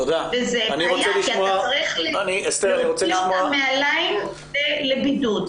זאת בעיה כי אתה צריך להוציא אותם מהליין לבידוד.